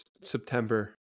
September